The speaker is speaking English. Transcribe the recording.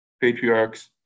patriarchs